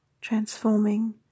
transforming